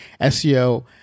SEO